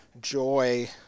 joy